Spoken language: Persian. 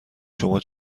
شما